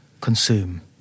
Consume